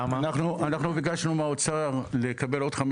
אנחנו ביקשנו מהאוצר לקבל עוד 15